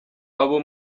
abo